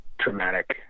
traumatic